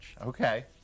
Okay